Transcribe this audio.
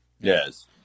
Yes